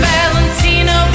Valentino